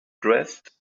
dressed